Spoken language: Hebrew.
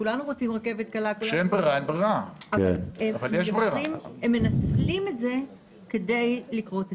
כולנו רוצים רכבת קלה אבל הם מנצלים את זה כדי לכרות עצים.